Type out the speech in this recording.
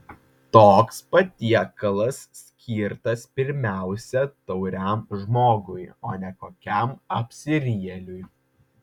toks patiekalas skirtas pirmiausia tauriam žmogui o ne kokiam apsirijėliui